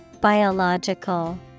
Biological